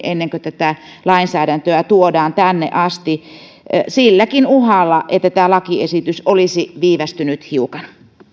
ennen kuin tätä lainsäädäntöä tuodaan tänne asti silläkin uhalla että tämä lakiesitys olisi viivästynyt hiukan